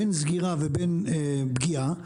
בין סגירה לבין פגיעה,